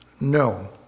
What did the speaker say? no